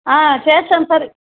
చేస్తాము సార్